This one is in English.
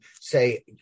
say